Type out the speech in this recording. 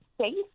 safe